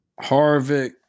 Harvick